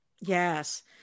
yes